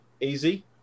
Easy